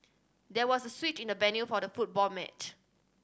there was switch in the venue for the football match